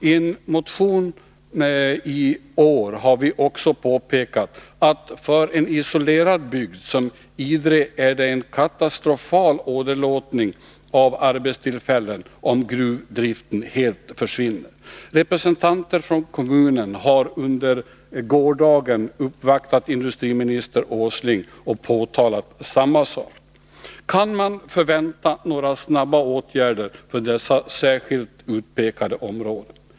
I en motion i år har vi också påpekat att det för en isolerad bygd som Idre blir en katastrofal åderlåtning av arbetstillfällen, om gruvdriften helt försvinner. Representanter från kommunen uppvaktade under gårdagen industriminister Åsling och påpekade då detta förhållande. Kan man förvänta sig några snara åtgärder för dessa särskilt utpekade områden?